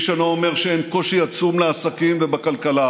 איש אינו אומר שאין קושי עצום לעסקים ובכלכלה,